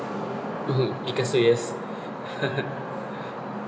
mmhmm picasso yes